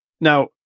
now